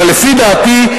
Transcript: אבל לדעתי,